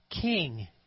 king